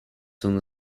soon